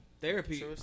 Therapy